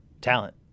talent